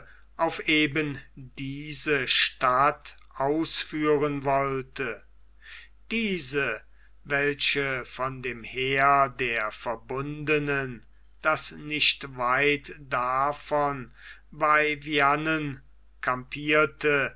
auf eben diese stadt ausführen wollte diese welche von dem heere der verbundenen das nicht weit davon bei viane campierte